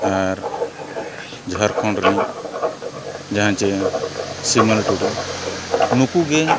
ᱟᱨ ᱡᱷᱟᱲᱠᱷᱚᱸᱰ ᱨᱤᱱᱤᱡ ᱡᱟᱦᱟᱸᱭ ᱪᱮ ᱥᱤᱢᱮᱞ ᱴᱩᱠᱩ ᱱᱩᱠᱩ ᱜᱮ